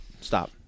Stop